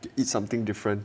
eat something different